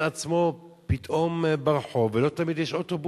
הוא מוצא את עצמו פתאום ברחוב וגם לא תמיד יש אוטובוסים.